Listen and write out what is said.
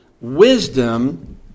wisdom